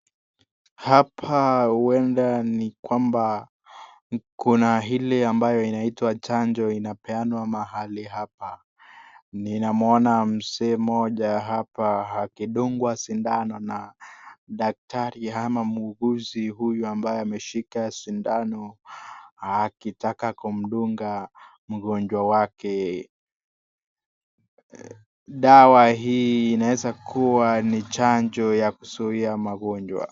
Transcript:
Hapa uenda ni kwamba kuna ile kinaitwa chanjo inapeanwa mahali hapa. ninamuona mzee moja hapa akidungwa shindano na daktari ama muhuguzi huyu ambaye ameshika shindano akitaka kumdunga mgonjwa wake. Dawa hii inaweza kuwa ni chanjo ya kuzuia magonjwa.